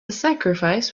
sacrifice